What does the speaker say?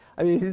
i mean,